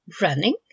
Running